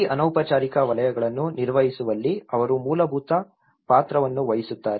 ಈ ಅನೌಪಚಾರಿಕ ವಲಯಗಳನ್ನು ನಿರ್ವಹಿಸುವಲ್ಲಿ ಅವರು ಮೂಲಭೂತ ಪಾತ್ರವನ್ನು ವಹಿಸುತ್ತಾರೆ